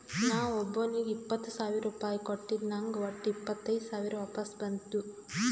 ನಾ ಒಬ್ಬೋನಿಗ್ ಇಪ್ಪತ್ ಸಾವಿರ ರುಪಾಯಿ ಕೊಟ್ಟಿದ ನಂಗ್ ವಟ್ಟ ಇಪ್ಪತೈದ್ ಸಾವಿರ ವಾಪಸ್ ಬಂದು